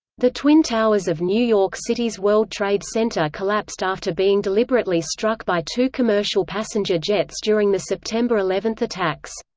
the twin towers of new york city's world trade center collapsed after being deliberately struck by two commercial passenger jets during the september eleven attacks.